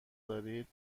دارید